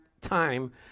time